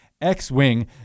X-Wing